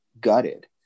gutted